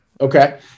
Okay